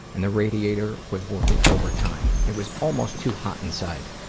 and the radiator was working overtime. it was almost too hot inside.